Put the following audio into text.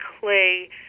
clay